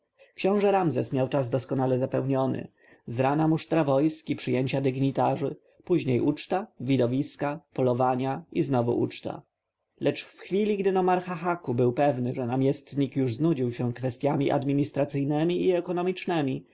książę ramzes miał czas doskonale zapełniony z rana musztra wojsk i przyjęcia dygnitarzy później uczta widowiska polowania i znowu uczta lecz w chwili gdy nomarcha haku był pewny że namiestnik już znudził się kwestjami administracyjnemi i ekonomicznemi